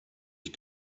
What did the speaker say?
ich